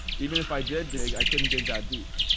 even if i did dig, i couldn't dig that deep.